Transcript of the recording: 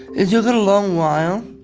it took a long while,